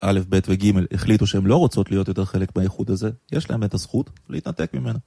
א' ב' וג' החליטו שהם לא רוצות להיות יותר חלק בייחוד הזה יש להם את הזכות להתנתק ממנו